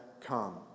come